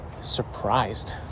surprised